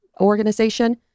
organization